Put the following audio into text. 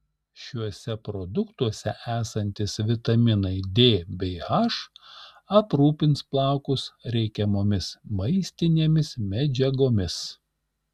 šiuose produktuose esantys vitaminai d bei h aprūpins plaukus reikiamomis maistinėmis medžiagomis